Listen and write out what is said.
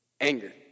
Anger